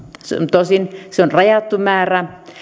tosin se on rajattu määrä